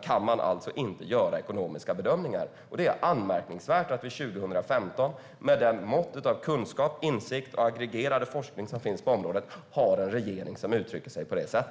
kan man inte göra ekonomiska bedömningar, finansministern. Det är anmärkningsvärt att vi 2015 med det mått av kunskap, insikt och aggregerad forskning som finns på området har en regering som uttrycker sig på detta sätt.